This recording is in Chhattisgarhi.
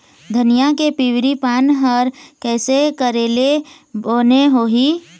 धनिया के पिवरी पान हर कइसे करेले बने होही?